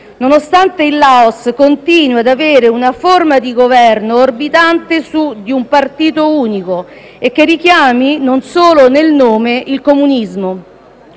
nonostante il Laos continui ad avere una forma di governo orbitante su di un partito unico, che richiama, non solo nel nome, il comunismo.